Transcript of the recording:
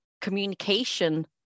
communication